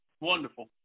wonderful